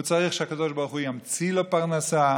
הוא צריך שהקדוש ברוך הוא ימציא לו פרנסה.